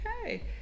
Okay